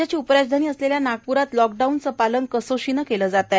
राज्याची उपराजधानी असलेल्या नागप्रात लॉक डाऊन चे पालन कसोशीने केले जात आहे